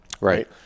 right